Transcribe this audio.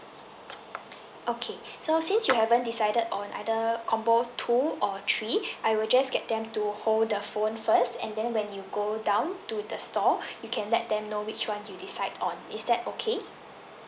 okay so since you haven't decided on either combo two or three I will just get them to hold the phone first and then when you go down to the store you can let them know which one you decide on is that okay